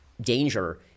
danger